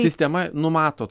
sistema numato